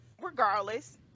regardless